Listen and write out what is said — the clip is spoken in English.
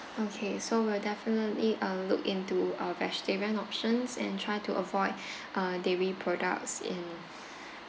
okay so we'll definitely uh look into our vegetarian options and try to avoid uh dairy products in